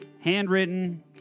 handwritten